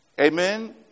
Amen